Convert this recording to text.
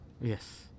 yes